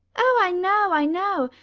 oh! i know. i know.